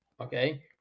okay